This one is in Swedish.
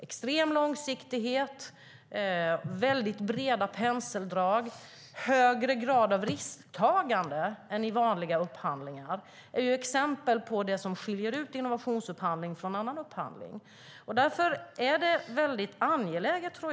Extrem långsiktighet, breda penseldrag och högre grad av risktagande än i vanliga upphandlingar är exempel på det som skiljer ut innovationsupphandling från annan upphandling.